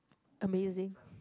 amazing